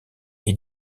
est